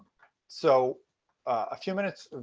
so a few minutes,